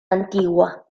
antigua